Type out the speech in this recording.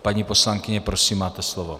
Paní poslankyně, prosím, máte slovo.